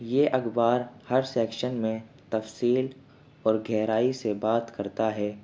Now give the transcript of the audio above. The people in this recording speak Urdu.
یہ اخبار ہر سیکشن میں تفصیل اور گہرائی سے بات کرتا ہے